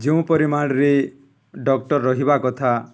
ଯେଉଁ ପରିମାଣରେ ଡକ୍ଟର୍ ରହିବା କଥା